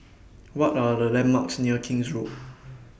What Are The landmarks near King's Road